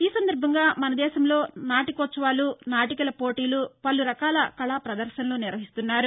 ఈ సందర్భంగా మనదేశంలో నాటికోత్సవాలు నాటికల పోటీలు పలు రకాల కళాపదర్భనలు నిర్వహిస్తున్నారు